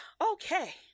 Okay